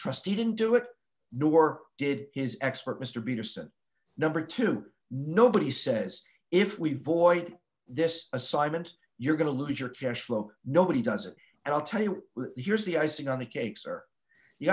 trustee didn't do it nor did his expert mr peterson number two nobody says if we void this assignment you're going to lose your cash flow nobody does it and i'll tell you here's the icing on the cake